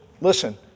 listen